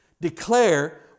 Declare